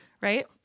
right